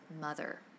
mother